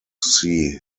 see